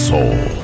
Soul